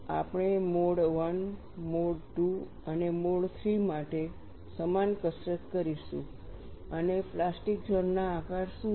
આપણે mode I mode II અને mode III માટે સમાન કસરત કરીશું અને પ્લાસ્ટિક ઝોન ના આકાર શું છે